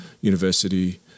university